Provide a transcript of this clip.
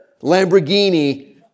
Lamborghini